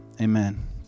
Amen